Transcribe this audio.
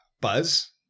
Buzz